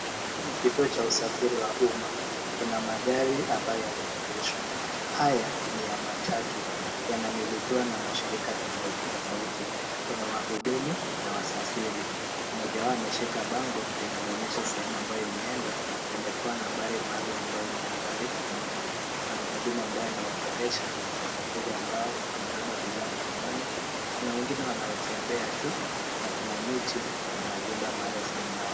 Hii ni kituo cha usafiri wa umma. Kuna magari ambayo yameegeshwa. Haya ni ya matatu. Yanamilikiwa na mashirika tofauti tofauti. Kuna wahudumu na wasafiri. Mmoja wao ameshika bango linalonyesha sehemu ambayo imeendwa na imepewa nabari maalum ambayo ni nambari nne. Kuna mhudumu ambaye anaongelesha wasafiri ambao wamebeba bidhaa mkononi. Kuna wengine wanaotembea tu na kuna miti na majumba marefu nyuma yake.